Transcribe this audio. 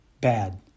bad